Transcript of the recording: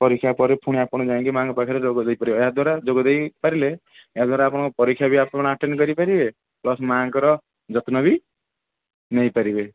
ପରୀକ୍ଷା ପରେ ଫୁଣି ଆପଣ ଯାଇକି ମାଆଙ୍କ ପାଖରେ ଯୋଗଦେଇ ପାରିବେ ଏହା ଦ୍ଵାରା ଯୋଗଦେଇ ପାରିଲେ ଏହାଦ୍ଵାରା ଆପଣଙ୍କ ପରୀକ୍ଷା ବି ଆପଣ ଆଟେଣ୍ଡ କରିପାରିବେ ପ୍ଲସ ମାଆଙ୍କର ଯତ୍ନବି ନେଇପାରିବେ